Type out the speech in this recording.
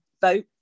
vote